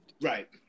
Right